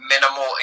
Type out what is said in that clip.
minimal